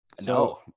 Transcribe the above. No